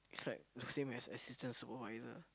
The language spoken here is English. is like the same as assistant supervisor